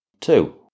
two